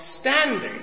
standing